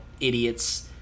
idiots